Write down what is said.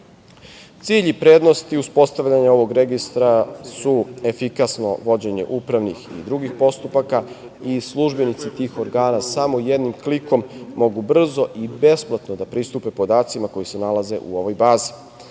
i prednosti uspostavljanja ovog registra su efikasno vođenje upravnih i drugih postupaka i službenici tih organa samo jednim klikom mogu brzo i besplatno da pristupe podacima koji se nalaze u ovoj bazi.